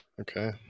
Okay